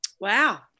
Wow